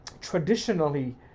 traditionally